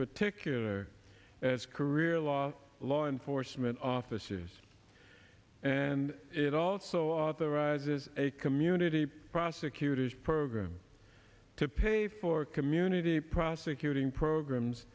particular as career law law enforcement officers and it also authorizes a community prosecutors program to pay for community prosecuting programs